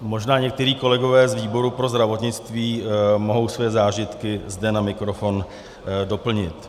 Možná někteří kolegové z výboru pro zdravotnictví mohou své zážitky zde na mikrofon doplnit.